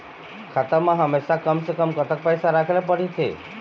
खाता मा हमेशा कम से कम कतक पैसा राखेला पड़ही थे?